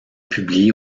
publiées